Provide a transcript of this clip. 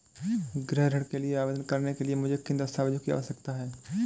गृह ऋण के लिए आवेदन करने के लिए मुझे किन दस्तावेज़ों की आवश्यकता है?